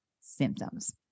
symptoms